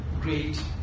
great